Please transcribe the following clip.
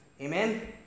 Amen